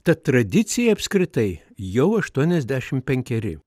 ta tradicija apskritai jau aštuoniasdešim penkeri